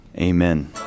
amen